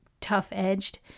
tough-edged